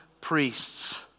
priests